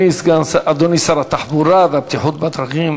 אדוני שר התחבורה והבטיחות בדרכים,